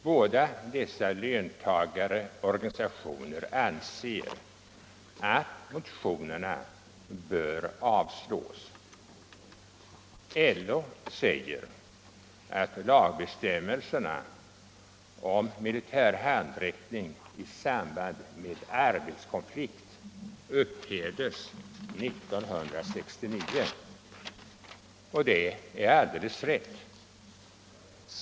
Båda dessa löntagarorganisationer anser att motionerna bör avslås. LO säger att lagbestämmelserna om militärhandräckning i samband med arbetskonflikt upphävdes 1969, och det är alldeles rätt.